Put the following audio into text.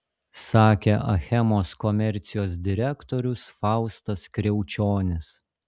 sakė achemos komercijos direktorius faustas kriaučionis